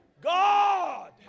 god